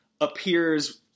appears